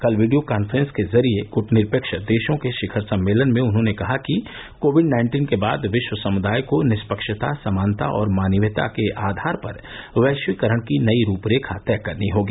कल video conference के जरिए गुटनिरपेक्ष देशों के शिखर सम्मेलन में उन्होंने कहा कि कोविड नाइन्टीन के बाद विश्व समुदाय को निष्पक्षता समानता और मानवीयता के आधार पर वैश्वीकरण की नई रूपरेखा तय करनी होगी